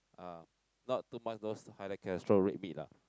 ah not too much those high cholesterol red meat ah